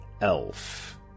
elf